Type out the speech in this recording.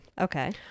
okay